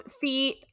feet